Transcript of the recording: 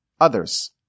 others